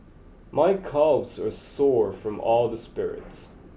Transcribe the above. my calves are sore from all the sprints